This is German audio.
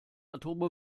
atome